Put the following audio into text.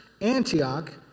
Antioch